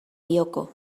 bioko